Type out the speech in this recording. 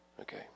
Okay